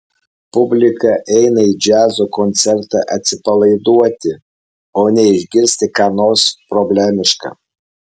publika eina į džiazo koncertą atsipalaiduoti o ne išgirsti ką nors problemiška